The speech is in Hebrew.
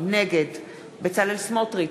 נגד בצלאל סמוטריץ,